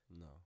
No